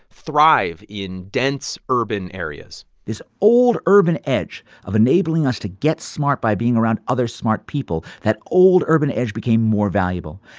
thrive in dense, urban areas this old urban edge of enabling us to get smart by being around other smart people that old urban edge became more valuable.